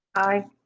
i.